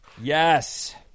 Yes